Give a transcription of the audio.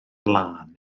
lân